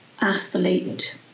athlete